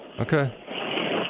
Okay